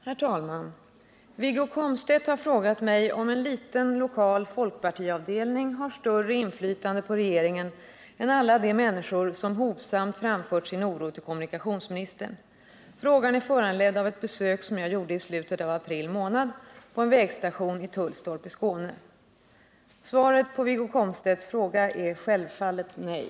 Herr talman! Wiggo Komstedt har frågat mig om en liten lokal folkpartiavdelning har större inflytande på regeringen än alla de människor som hovsamt framfört sin oro till kommunikationsministern. Frågan är föranledd av ett besök som jag gjorde i slutet av april månad på en vägstation i Tullstorp i Skåne. Svaret på Wiggo Komstedts fråga är självfallet nej.